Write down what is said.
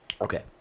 Okay